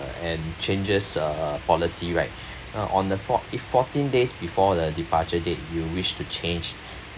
and changes uh policy right uh on the four~ if fourteen days before the departure date you wish to change